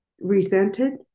resented